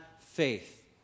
faith